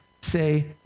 say